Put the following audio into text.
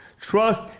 Trust